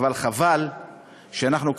אבל חבל שאנחנו,